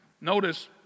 Notice